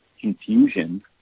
confusion